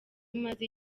umaze